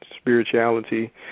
spirituality